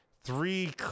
three